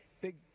Big